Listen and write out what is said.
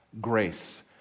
grace